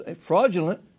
fraudulent